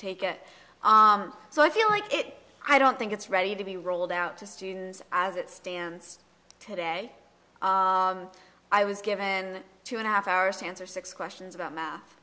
take it so i feel like it i don't think it's ready to be rolled out to students as it stands today i was given two and a half hours to answer six questions about math